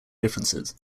differences